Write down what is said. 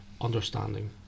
understanding